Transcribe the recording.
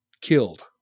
killed